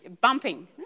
Bumping